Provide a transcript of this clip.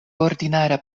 ordinara